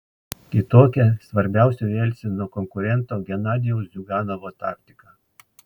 kitokia svarbiausio jelcino konkurento genadijaus ziuganovo taktika